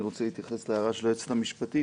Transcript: אני רוצה להתייחס להערה של היועצת המשפטית.